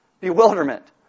Bewilderment